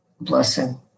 blessing